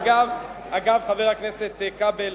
אגב, חבר הכנסת כבל,